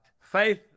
Faith